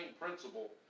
principle